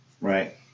Right